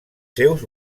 seus